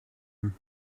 him